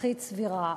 אזרחית סבירה.